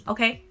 Okay